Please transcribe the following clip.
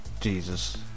Jesus